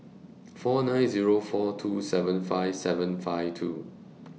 four nine Zero four two seven five seven five two